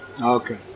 Okay